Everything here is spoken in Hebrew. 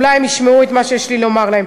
אולי הן ישמעו את מה שיש לי לומר להן.